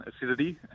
acidity